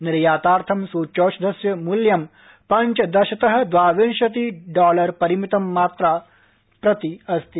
निर्यातार्थं सूच्यौषधस्य मूल्यं पञ्चदशत द्वाविंशति डॉलर परिमितम् प्रतिमात्रा अस्ति